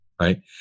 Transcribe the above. right